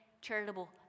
charitable